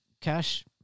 Cash